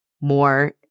more